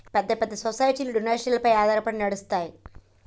పెద్ద పెద్ద సొసైటీలు డొనేషన్లపైన ఆధారపడి నడుస్తాయి